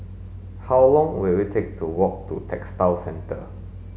how long will it take to walk to Textile Centre